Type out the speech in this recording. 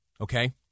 okay